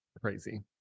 Crazy